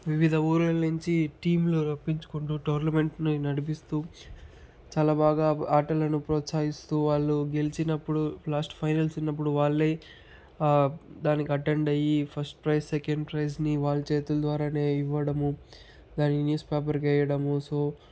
వివిధ ఊళ్ళ నుంచి టీంలు రప్పించుకుంటూ టౌర్నమెంట్ను నడిపిస్తు చాల బాగా ఆటలను ప్రోత్సహిస్తూ వాళ్ళు గెలిచినప్పుడు లాస్ట్ ఫైనల్స్ ఉన్నప్పుడు వాళ్ళే దానికి అటెండ్ అయ్యి ఫస్ట్ ప్రైజ్ సెకండ్ ప్రైజ్ని వాళ్ళ చేతులు ద్వారా ఇవ్వడము దాన్ని న్యూస్ పేపర్కి వెయ్యడము సో